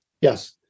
Yes